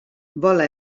vola